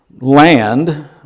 land